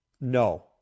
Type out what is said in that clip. No